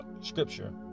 scripture